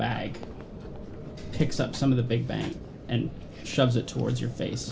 bag picks up some of the big bang and shoves it towards your face